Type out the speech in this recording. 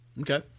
Okay